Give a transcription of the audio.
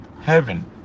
heaven